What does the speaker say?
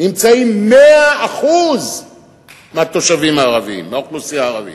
נמצאים 100% התושבים הערבים, האוכלוסייה הערבית.